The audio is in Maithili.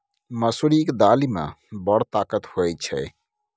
मसुरीक दालि मे बड़ ताकत होए छै